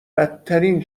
بدترین